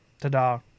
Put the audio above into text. ta-da